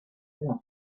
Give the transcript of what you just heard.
wird